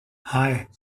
hei